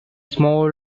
small